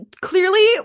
clearly